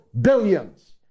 billions